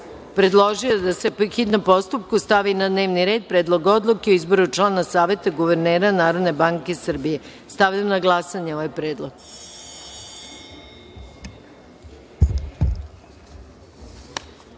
predložio je da se, po hitnom postupku, stavi na dnevni red – Predlog odluke o izboru člana Saveta guvernera Narodne banke Srbije. Stavljam na glasanje ovaj